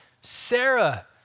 Sarah